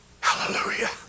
Hallelujah